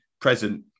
present